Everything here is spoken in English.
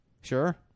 Sure